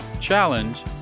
challenge